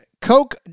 Coke